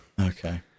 okay